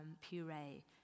puree